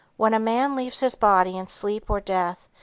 when a man leaves his body in sleep or death,